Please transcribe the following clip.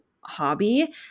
hobby